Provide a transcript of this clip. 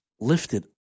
lifted